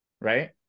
right